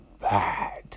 bad